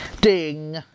Ding